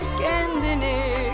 kendini